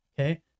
Okay